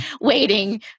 waiting